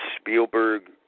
Spielberg